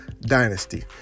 dynasty